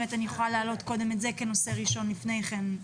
אני יכולה להעלות קודם את זה כנושא ראשון לפני כן.